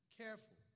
careful